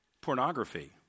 pornography